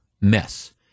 mess